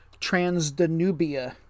Transdanubia